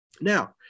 Now